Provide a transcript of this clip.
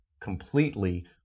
completely